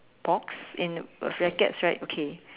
box in f~ rackets right okay